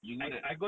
you go that